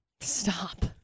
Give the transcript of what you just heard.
Stop